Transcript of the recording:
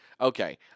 Okay